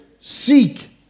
seek